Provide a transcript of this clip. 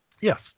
Yes